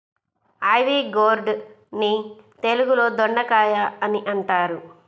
ivy gourd ని తెలుగులో దొండకాయ అని అంటారు